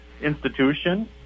institution